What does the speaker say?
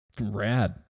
rad